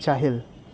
চাহিল